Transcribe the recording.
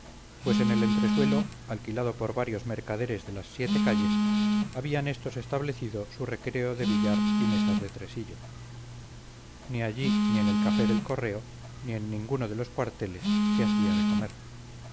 pues en el entresuelo alquilado por varios mercaderes de las siete calles habían estos establecido su recreo de billar y mesas de tresillo ni allí ni en el café del correo ni en ninguno de los cuarteles se hacía de comer